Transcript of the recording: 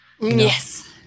yes